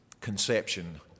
conception